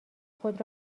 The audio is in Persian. خود